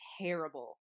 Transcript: terrible